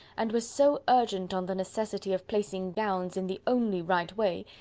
and was so urgent on the necessity of placing gowns in the only right way,